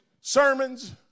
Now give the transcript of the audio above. sermons